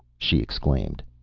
she exclaimed.